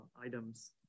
items